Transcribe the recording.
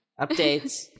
Updates